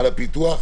מה לפיתוח,